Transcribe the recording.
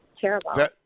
Terrible